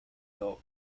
york